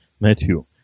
Matthew